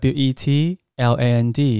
Wetland